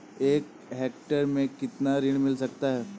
एक हेक्टेयर में कितना ऋण मिल सकता है?